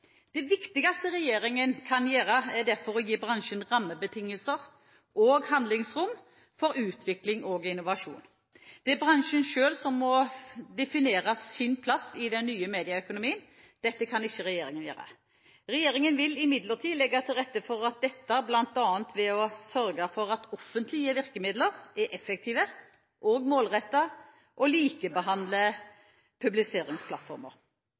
Det viktigste regjeringen kan gjøre, er derfor å gi bransjen rammebetingelser og handlingsrom for utvikling og innovasjon. Det er bransjen selv som må definere sin plass i den nye medieøkonomien, det kan ikke regjeringen gjøre. Regjeringen vil imidlertid legge til rette for dette, bl.a. ved å sørge for at offentlige virkemidler er effektive og målrettede og likebehandler publiseringsplattformer.